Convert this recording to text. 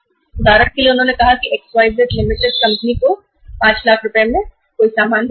उदाहरण के लिए उन्होंने XYZ Ltd को 5 लाख रुपए का कुछ बेचा है